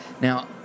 Now